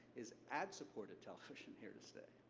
is ad supported television here to stay?